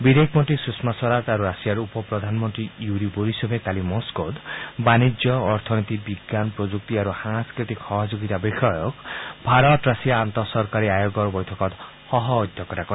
বিদেশ মন্ত্ৰী সুষমা স্বৰাজ আৰু ৰাছিয়াৰ উপ প্ৰধানমন্ত্ৰী য়ুৰি বৰিছ'ভে আজি মস্কোত বাণিজ্য অৰ্থনীতি বিজ্ঞান প্ৰযুক্তি আৰু সাংস্কৃতিক সহযোগিতা বিষয়ক ভাৰত ৰাছিয়া আন্তঃ চৰকাৰী আয়োগৰ বৈঠকত সহ অধ্যক্ষতা কৰে